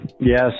Yes